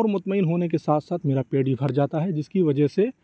اور مطمئن ہونے کے ساتھ ساتھ میرا پیٹ بھی بھر جاتا ہے جس کی وجہ سے